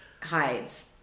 hides